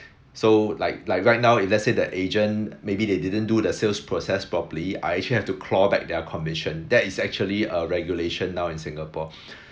so like like right now if let's say that agent maybe they didn't do the sales process properly I actually have to claw back their commission that is actually a regulation now in singapore